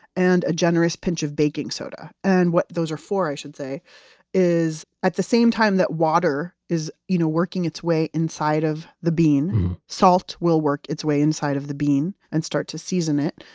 and a generous pinch of baking soda. and what those are for, i should say is, at the same time that water is you know working its way inside of the bean salt will work its way inside of the bean and start to season it.